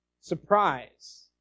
Surprise